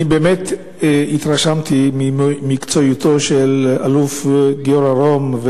אני באמת התרשמתי ממקצועיותו של אלוף גיורא רום,